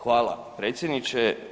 Hvala predsjedniče.